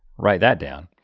write that down.